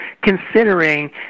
considering